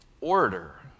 order